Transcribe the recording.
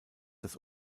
das